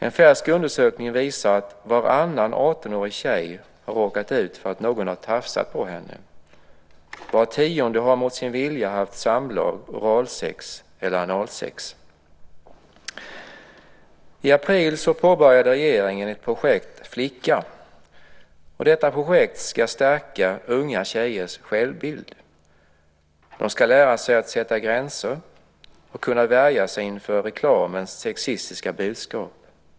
En färsk undersökning visar att varannan 18-årig tjej har råkat ut för att någon har tafsat på henne. Var tionde har mot sin vilja haft samlag, oralsex eller analsex. I april påbörjade regeringen ett projekt Flicka. Detta projekt ska stärka unga tjejers självbild. De ska lära sig att sätta gränser och kunna värja sig inför reklamens sexistiska budskap.